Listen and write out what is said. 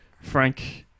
Frank